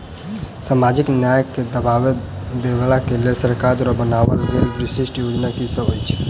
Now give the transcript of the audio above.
सामाजिक न्याय केँ बढ़ाबा देबा केँ लेल सरकार द्वारा बनावल गेल विशिष्ट योजना की सब अछि?